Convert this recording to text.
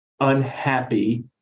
Unhappy